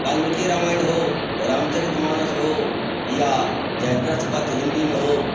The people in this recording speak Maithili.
बाल्मिकीए रामायण हो रामचरित मानस हो या जयद्रथ वध हिन्दीमे हो